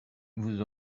vous